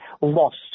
lost